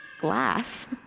glass